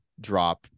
drop